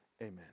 amen